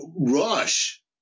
rush